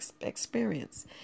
experience